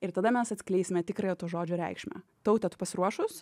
ir tada mes atskleisime tikrąją to žodžio reikšmę taute tu pasiruošus